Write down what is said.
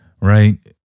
right